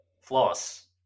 floss